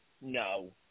No